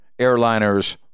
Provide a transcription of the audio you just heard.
airliners